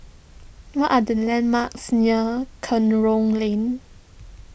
what are the landmarks near Kerong Lane